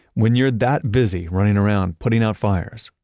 when you're that busy running around putting out fires,